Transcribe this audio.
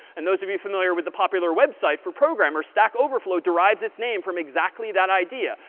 and those of you familiar with the popular website for programmers, stack overflow derives its name from exactly that idea,